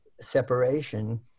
separation